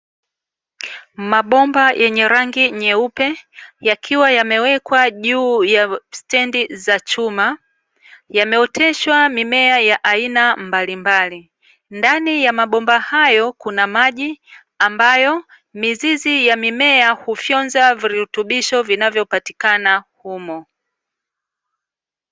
Mabomba yenye rangi nyeupe yakiwa yamewekwa juu ya stendi za chuma, yameoteshwa mimea ya aina mbalimbali. Ndani ya mabomba hayo kuna maji ambayo, mizizi ya mimea hufyonza virutubisho vinavyopatikana humo.